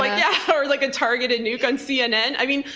ah yeah, or like a targeted nuke on cnn. i mean,